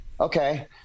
okay